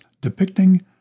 depicting